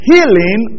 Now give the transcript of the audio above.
Healing